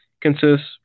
consists